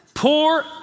Poor